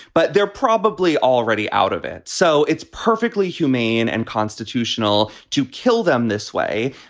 but they're probably already out of it. so it's perfectly humane and constitutional to kill them this way,